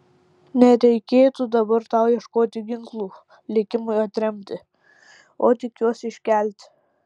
nereikėtų dabar tau ieškoti ginklų likimui atremti o tik juos iškelti